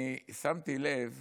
אני שמתי לב